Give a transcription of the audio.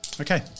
Okay